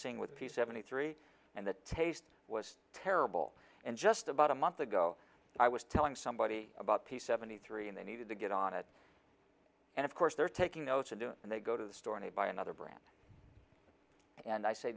seeing with p seventy three and the taste was terrible and just about a month ago i was telling somebody about p seventy three and they needed to get on it and of course they're taking notes into it and they go to the store and buy another brand and i say